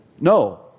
No